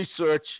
research